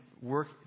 work